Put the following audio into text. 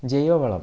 ജൈവ വളം